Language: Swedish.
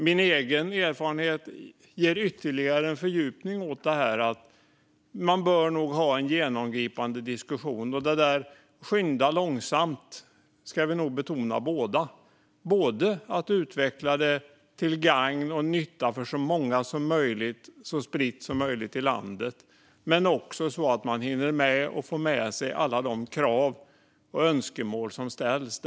Min egen erfarenhet ger ytterligare en fördjupning åt det här med att man nog bör ha en genomgripande diskussion. När det gäller att skynda långsamt ska vi nog betona båda. Man bör utveckla det till gagn och nytta för så många som möjligt och så spritt som möjligt i landet, men man bör också hinna med att få med sig alla de krav och önskemål som ställs.